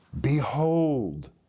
behold